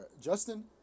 Justin